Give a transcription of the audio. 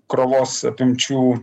krovos apimčių